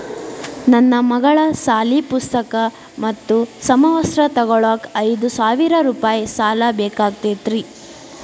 ನನ್ನ ಮಗಳ ಸಾಲಿ ಪುಸ್ತಕ್ ಮತ್ತ ಸಮವಸ್ತ್ರ ತೊಗೋಳಾಕ್ ಐದು ಸಾವಿರ ರೂಪಾಯಿ ಸಾಲ ಬೇಕಾಗೈತ್ರಿ